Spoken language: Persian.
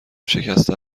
شکسته